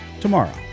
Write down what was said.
tomorrow